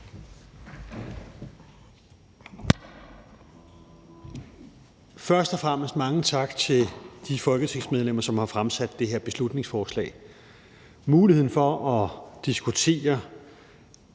Først og fremmest mange tak til de folketingsmedlemmer, som har fremsat det her beslutningsforslag. Muligheden for at diskutere